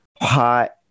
hot